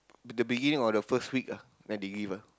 the beginning of the first week ah then they give ah